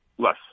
Less